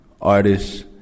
Artists